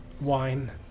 Wine